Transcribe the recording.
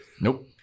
Nope